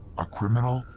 a criminal,